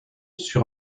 sur